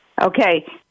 Okay